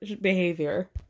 behavior